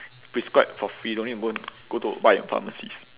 prescribe for free don't need go go to buy in pharmacies